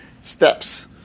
steps